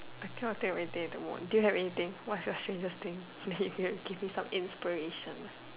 I cannot think of anything at the moment do you have anything what is your strangest thing then you can give me some inspirations